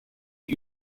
die